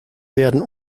werden